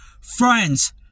Friends